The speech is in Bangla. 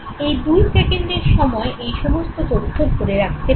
এই দুই সেকেন্ডের সময়ে এই সমস্ত তথ্য ধরে রাখতে পারি